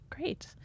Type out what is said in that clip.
Great